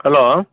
hello